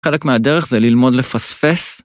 חלק מהדרך זה ללמוד לפספס.